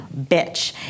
bitch